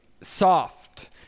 soft